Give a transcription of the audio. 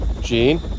Gene